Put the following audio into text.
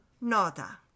Nota